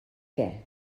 què